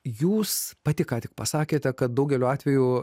jūs pati ką tik pasakėte kad daugeliu atveju